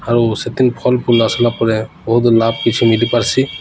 ଆଉ ସେଥିରେ ଫଲ୍ଫୁଲ୍ ଆସିଲା ପରେ ବହୁତ ଲାଭ କିଛି ମିଲିପାର୍ସି